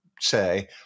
say